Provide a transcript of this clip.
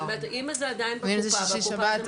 זאת אומרת אם זה עדיין בקופה אם זה שישי שבת,